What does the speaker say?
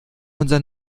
unser